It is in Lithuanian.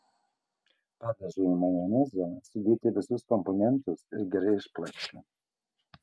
padažui į majonezą sudėti visus komponentus ir gerai išplakti